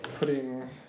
putting